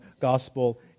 gospel